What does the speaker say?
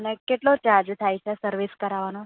ને કેટલો ચાર્જ થાય છે સર્વિસ કરાવવાનો